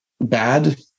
bad